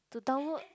to download